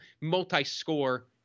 multi-score